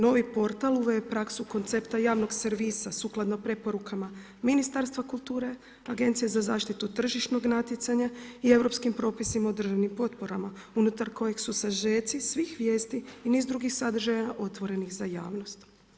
Novi portal uveo je praksu koncepta javnog servisa sukladno preporukama Ministarstva kulture, Agencija za zaštitu tržišnog natjecanja i europskim propisima o državnim potporama unutar kojih su sažeci svih vijesti i niz drugih sadržaja otvorenih za javnost.